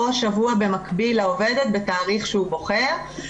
או שבוע במקביל לעובדת בתאריך שהוא בוחר,